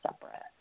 separate